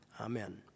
Amen